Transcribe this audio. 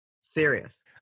Serious